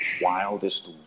wildest